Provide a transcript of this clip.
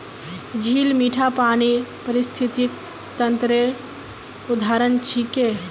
झील मीठा पानीर पारिस्थितिक तंत्रेर उदाहरण छिके